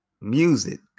music